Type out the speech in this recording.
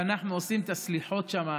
כשאנחנו עושים את הסליחות שם,